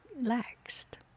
relaxed